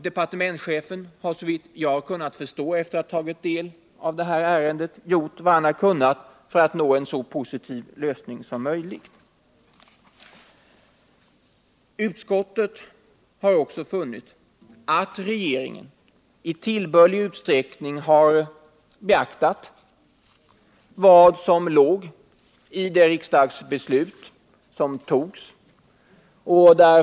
Departementschefen har, såvitt jag har kunnat förstå efter att ha tagit del av detta ärende, gjort vad han har kunnat för att nå en så positiv lösning som möjligt. Utskottet har också funnit att regeringen i tillbörlig utsträckning har beaktat vad som låg i det riksdagsbeslut som fattades.